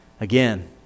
Again